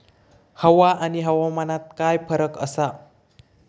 हवा आणि हवामानात काय फरक असा?